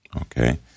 okay